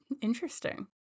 Interesting